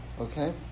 okay